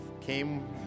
came